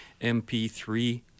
MP3